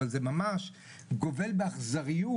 אבל זה באמת גובל באכזריות,